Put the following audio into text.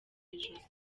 ijosi